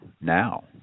now